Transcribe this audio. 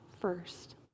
first